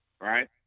right